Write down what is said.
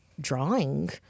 drawing